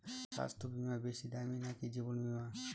স্বাস্থ্য বীমা বেশী দামী নাকি জীবন বীমা?